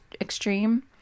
Extreme